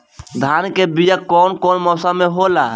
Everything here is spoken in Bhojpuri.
धान के बीया कौन मौसम में होला?